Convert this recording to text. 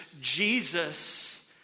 Jesus